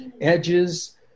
Edges